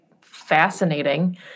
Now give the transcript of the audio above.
fascinating